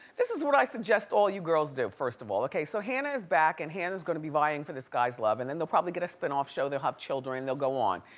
this is what i suggest all you girls do, first of all. okay, so hannah is back, and hannah's going to be vying for this guy's love. and and they'll probably get a spin-off show, they'll have children, they'll go on.